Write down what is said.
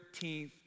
13th